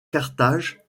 carthage